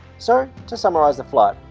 so to summarise the flight.